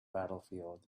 battlefield